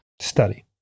Study